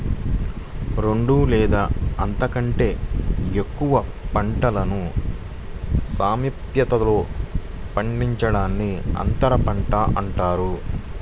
రెండు లేదా అంతకంటే ఎక్కువ పంటలను సామీప్యతలో పండించడాన్ని అంతరపంట అంటారు